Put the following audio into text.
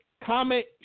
comment